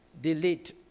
delete